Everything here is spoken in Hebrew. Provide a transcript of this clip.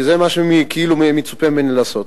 כי זה מה שכאילו מצופה ממני לעשות.